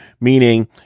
Meaning